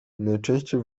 najczęściej